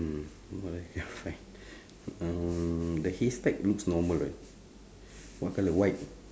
mm what ah I can't find uh the haystack looks normal right what colour white